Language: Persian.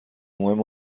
مهم